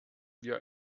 wir